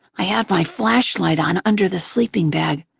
i had my flashlight on under the sleeping bag,